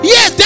Yes